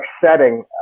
setting